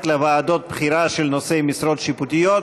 לוועדות בחירה של נושאי משרות שיפוטיות.